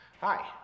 Hi